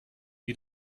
die